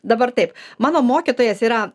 dabar taip mano mokytojas yra